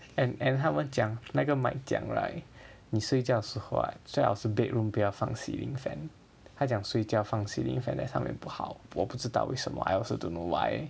and and 他们讲那个 Mike 讲 right 你睡觉时后 right 最好是 bedroom 不要放 ceiling fan 他讲睡觉放 ceiling fan 在上面不好我不知道为什么 I also don't know why